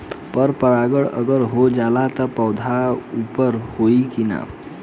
पर परागण अगर हो जाला त का पौधा उपज होई की ना?